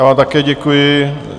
Já vám také děkuji.